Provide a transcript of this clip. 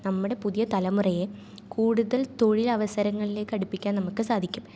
നമ്മുടെ പുതിയ തലമുറയെ കൂടുതൽ തൊഴിലവസരങ്ങളിലേക്ക് അടുപ്പിക്കാൻ നമുക്ക് സാധിക്കും